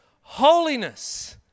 holiness